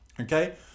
Okay